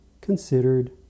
considered